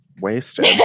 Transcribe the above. wasted